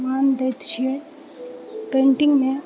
मान दैत छियै पेन्टिंगमे